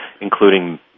including